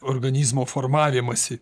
organizmo formavimąsi